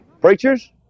Preachers